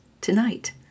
tonight